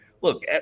Look